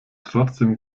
trotzdem